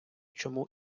чому